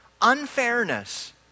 Unfairness